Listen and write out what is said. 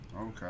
Okay